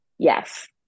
Yes